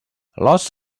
lots